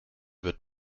wird